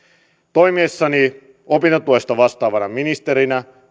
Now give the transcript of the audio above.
toimiessani opintotuesta vastaavana ministerinä